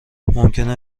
ممکنه